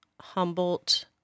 Humboldt